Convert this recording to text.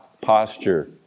posture